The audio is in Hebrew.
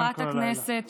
ברכות לחברת הכנסת שיר.